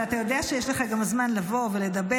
אבל אתה יודע שיש לך גם זמן לבוא ולדבר